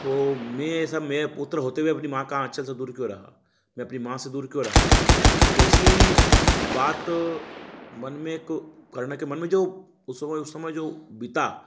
तो में ऐसा में पुत्र होते हुए अपनी माँ का आँचल से दूर क्यों रहा मैं अपनी माँ से दूर क्यों रहा तो ऐसी बात मन में एक कर्ण के मन में जो उस समय उस समय जो बीता